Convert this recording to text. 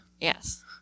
yes